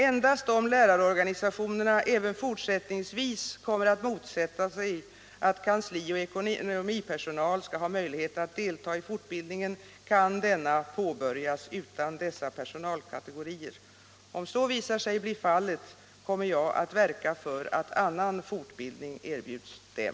Endast om lärarorganisationerna även fortsättningsvis kommer att motsätta sig att kansli och ekonomipersonal skall ha möjlighet att delta i fortbildningen kan denna påbörjas utan dessa personalkategorier. Om så visar sig bli fallet, kommer jag att verka för att annan fortbildning erbjuds dem.